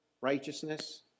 righteousness